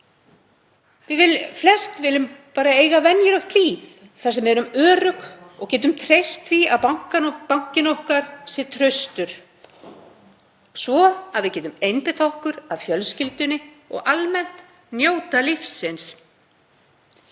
að flest viljum við bara eiga venjulegt líf þar sem við erum örugg og getum treyst því að bankinn okkar sé traustur svo við getum einbeitt okkur að fjölskyldunni og almennt notið lífsins.